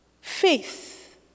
faith